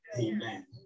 Amen